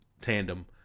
tandem